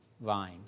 vine